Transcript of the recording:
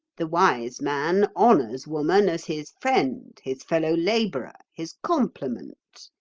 the wise man honours woman as his friend, his fellow labourer, his complement.